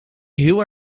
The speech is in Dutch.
heel